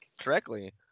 correctly